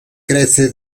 crece